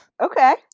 okay